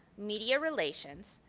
media relations,